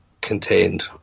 contained